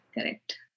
correct